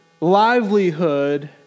livelihood